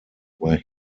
where